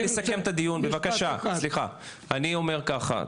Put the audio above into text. אומר ככה,